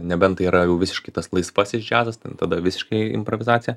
nebent tai yra jau visiškai tas laisvasis džiazas ten tada visiškai improvizacija